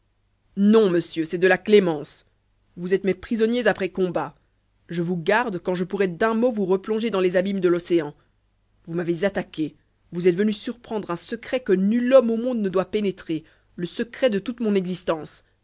non monsieur c'est de la clémence vous êtes mes prisonniers après combat je vous garde quand je pourrais d'un mot vous replonger dans les abîmes de l'océan vous m'avez attaqué vous êtes venus surprendre un secret que nul homme au monde ne doit pénétrer le secret de toute mon existence